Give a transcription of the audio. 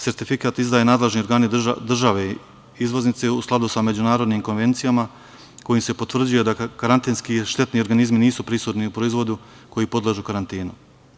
Sertifikat izdaju nadležni organi države izvoznice u skladu sa međunarodnim konvencijama kojim se potvrđuje da karantinski štetni organizmi nisu prisutni u proizvodu koji podležu karantinu.